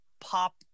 pop